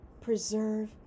preserve